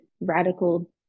radical